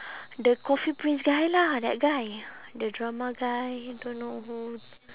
the coffee prince guy lah that guy the drama guy don't know who